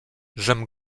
żem